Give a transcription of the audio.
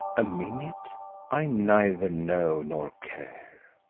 a minute i neither know nor care,